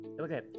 Okay